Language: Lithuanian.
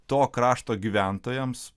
to krašto gyventojams